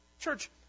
Church